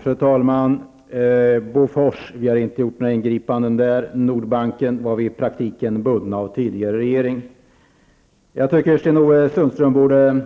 Fru talman! Vi har inte gjort några ingripanden när det gällde Bofors. När det gällde Nordbanken var vi i praktiken bundna av tidigare regerings åtaganden. Jag tycker att Sten-Ove Sundström borde